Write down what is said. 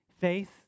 Faith